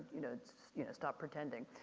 you know you know, stop pretending.